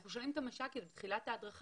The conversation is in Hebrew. אנחנו שומעים את המשק"יות בתחילת ההדרכה,